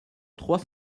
trois